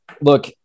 Look